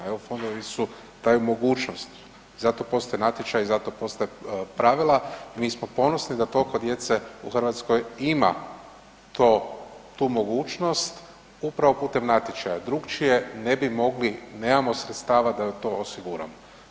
Eu fondovi daju mogućnost i zato postoje natječaji, zato postoje pravila i mi smo ponosni da toliko djece u Hrvatskoj ima tu mogućnost upravo putem natječaja, drukčije ne bi mogli, nemamo sredstava da to osiguramo.